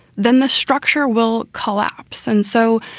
then the structure will collapse. and so,